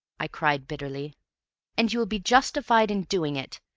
i cried bitterly and you will be justified in doing it!